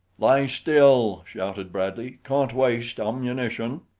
lie still! shouted bradley. can't waste ammunition.